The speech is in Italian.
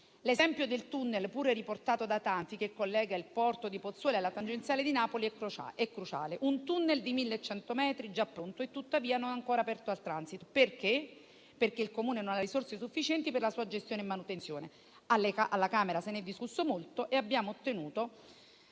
L'esempio del tunnel, pure riportato da tanti, che collega il porto di Pozzuoli alla tangenziale di Napoli è cruciale: un tunnel di 1.100 metri già pronto e tuttavia non ancora aperto al transito. Questo perché il Comune non ha risorse sufficienti per la sua gestione e manutenzione. Alla Camera se n'è discusso molto e abbiamo ottenuto